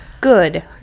Good